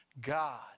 God